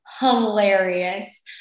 hilarious